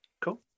Cool